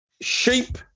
Sheep